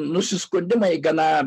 nusiskundimai gana